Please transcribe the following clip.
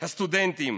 סטודנטים,